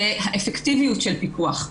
זה האפקטיביות של פיקוח.